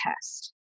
test